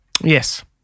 Yes